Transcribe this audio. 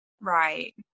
Right